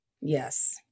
Yes